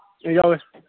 ꯌꯥꯎꯋꯦ